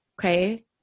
okay